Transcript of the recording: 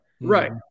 Right